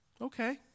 Okay